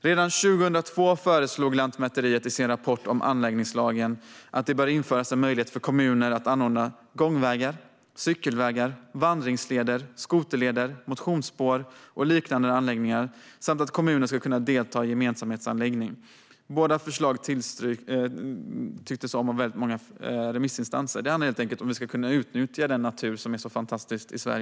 Redan 2002 föreslog Lantmäteriet i sin rapport om anläggningslagen att det bör införas en möjlighet för kommuner att anordna gångvägar, cykelvägar, vandringsleder, skoterleder, motionsspår och liknande anläggningar samt att kommunen ska kunna delta i en gemensamhetsanläggning. Förslagen tillstyrktes av många remissinstanser. Det handlar helt enkelt om att vi ska kunna utnyttja Sveriges fantastiska natur.